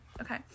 Okay